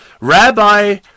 Rabbi